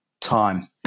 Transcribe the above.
time